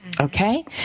Okay